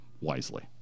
wisely